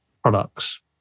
products